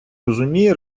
розуміє